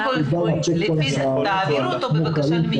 בבקשה.